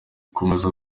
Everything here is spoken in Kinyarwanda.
akomeza